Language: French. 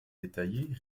détaillées